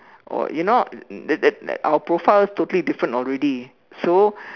or you know that that our profile is totally different already so